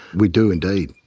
we do indeed.